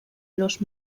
los